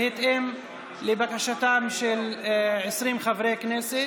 בהתאם לבקשתם של 20 חברי כנסת.